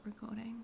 recording